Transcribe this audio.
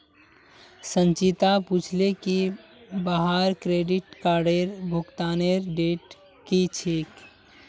संचिता पूछले की वहार क्रेडिट कार्डेर भुगतानेर डेट की छेक